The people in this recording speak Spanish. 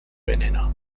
veneno